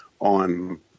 on